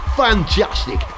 fantastic